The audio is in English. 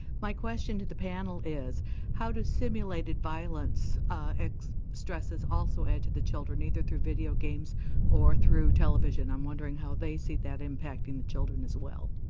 my question to the panel is how does simulated violence violence stresses also add to the children? either through video games or through television? i'm wondering how they see that impacting the children as well?